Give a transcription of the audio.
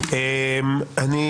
בוועדה.